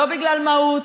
לא בגלל מהות,